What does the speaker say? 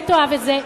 אולי תאהב את זה,